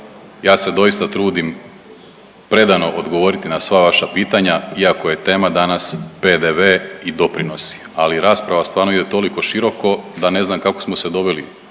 Ja se doista trudim predano odgovoriti n a sva vaša pitanja, iako je tema danas PDV i doprinosi, ali rasprava stvarno ide toliko široko da ne znam kako smo se doveli